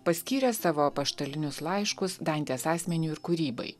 paskyrė savo apaštalinius laiškus dantės asmeniui ir kūrybai